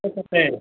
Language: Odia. ଏ କେତେ